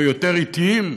או יותר אטיים,